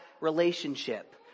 relationship